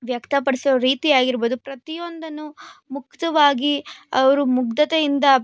ವ್ಯಕ್ತಪಡಿಸೋ ರೀತಿ ಆಗಿರ್ಬೋದು ಪ್ರತಿಯೊಂದನ್ನು ಮುಕ್ತವಾಗಿ ಅವರು ಮುಗ್ದತೆಯಿಂದ